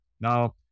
now